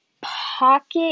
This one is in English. Pocket